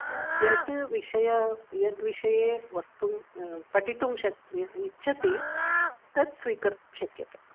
यद् विषये यद्विषये वक्तुं पठितुं शक् इच्छति तत् स्वीकर्तुं शक्यते